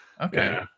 Okay